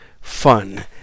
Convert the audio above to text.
fun